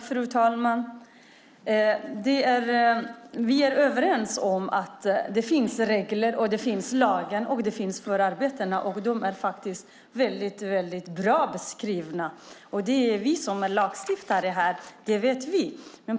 Fru talman! Vi är överens om att det finns regler, lagar och förarbeten. De är mycket bra beskrivna, vilket vi som lagstiftare vet.